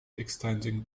extending